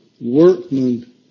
workmen